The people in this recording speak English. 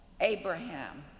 Abraham